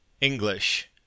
English